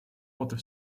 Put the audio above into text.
water